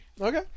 Okay